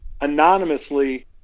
anonymously